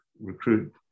recruit